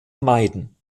meiden